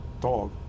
Dog